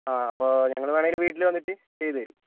ആ അപ്പോൾ ഞങ്ങൾ വേണമെങ്കിൽ വീട്ടിൽ വന്നിട്ട് ചെയ്ത് തരും